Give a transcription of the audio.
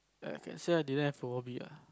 I can say I didn't have a hobby ah